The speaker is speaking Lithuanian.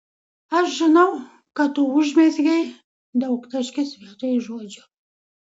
aš žinau kad tu užmezgei daugtaškis vietoj žodžio